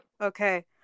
Okay